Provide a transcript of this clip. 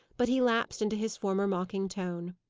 but he lapsed into his former mocking tone.